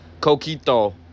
Coquito